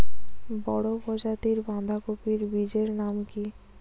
বড় প্রজাতীর বাঁধাকপির বীজের নাম কি?